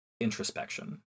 introspection